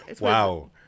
wow